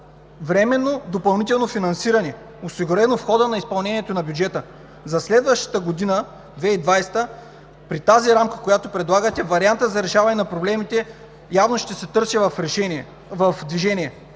временно допълнително финансиране, осигурено в хода на изпълнението на бюджета. За следващата година – 2020-а, при тази рамка, която предлагате, вариантът за решаване на проблемите явно ще се търси в движение.